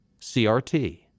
CRT